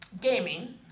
gaming